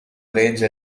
arrange